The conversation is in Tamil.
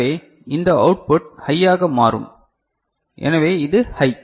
எனவே இந்த அவுட்புட் ஹையாக மாறும் எனவே இது ஹை